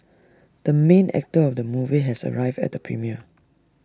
the main actor of the movie has arrived at the premiere